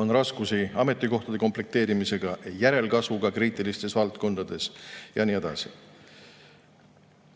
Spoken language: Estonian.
On raskusi ametikohtade komplekteerimisega, järelkasvuga kriitilistes valdkondades ja nii edasi.